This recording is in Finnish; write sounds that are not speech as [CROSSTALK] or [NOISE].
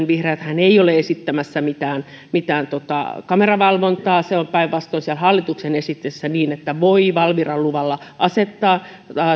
[UNINTELLIGIBLE] vihreäthän ei ole esittämässä mitään [UNINTELLIGIBLE] [UNINTELLIGIBLE] mitään kameravalvontaa se on päinvastoin siellä hallituksen esityksessä niin että voidaan valviran luvalla asettaa